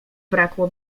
brakło